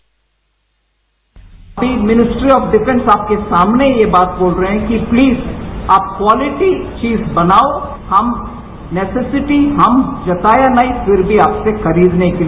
bite हमारी ministry of defence आपके सामने यह बात बोल रहे हैं कि प्लीज आप क्वालिटी चीज बनाओं हमने से सिटी हम जताया नहीं फिर भी आपसे खरीदने के लिए